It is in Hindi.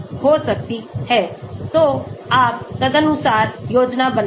तो आप तदनुसार योजना बनाएं